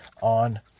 on